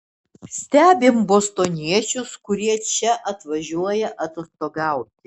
stebim bostoniečius kurie čia atvažiuoja atostogauti